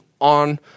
on